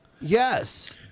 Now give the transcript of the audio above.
Yes